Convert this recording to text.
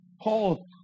Paul